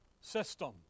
system